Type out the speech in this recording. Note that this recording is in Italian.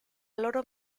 loro